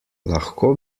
lahko